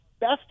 best